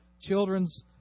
children's